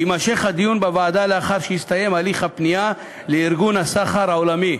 יימשך הדיון בוועדה לאחר שיסתיים הליך הפנייה לארגון הסחר העולמי.